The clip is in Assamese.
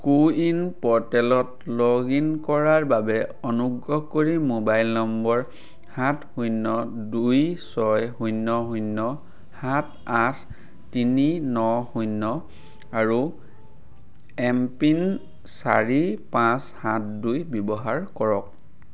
কো ৱিন প'ৰ্টেলত লগ ইন কৰাৰ বাবে অনুগ্ৰহ কৰি মোবাইল নম্বৰ সাত শূন্য দুই ছয় শূন্য শূন্য সাত আঠ তিনি ন শূন্য আৰু এম পিন চাৰি পাঁচ সাত দুই ব্যৱহাৰ কৰক